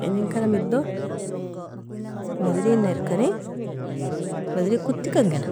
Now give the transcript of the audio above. inin karamido bardil nerkani, bardil kotikan gena.